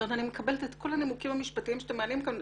אני מקבלת את כל הנימוקים המשפטיים שאתם מעלים כאן,